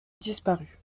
disparu